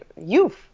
youth